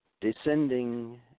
Descending